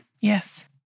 Yes